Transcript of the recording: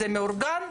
זה מאורגן,